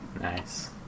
Nice